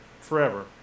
forever